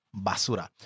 basura